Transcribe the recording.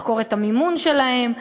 לחקור את המימון שלהם,